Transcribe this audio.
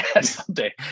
Someday